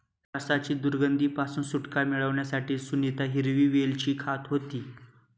श्वासाच्या दुर्गंधी पासून सुटका मिळवण्यासाठी सुनीता हिरवी वेलची खात होती